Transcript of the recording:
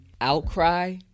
outcry